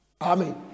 Amen